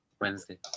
Wednesday